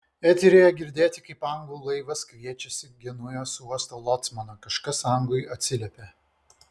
eteryje girdėti kaip anglų laivas kviečiasi genujos uosto locmaną kažkas anglui atsiliepia